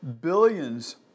Billions